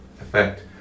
effect